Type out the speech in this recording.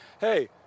hey